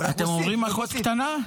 אתם אומרים "אחות קטנה"?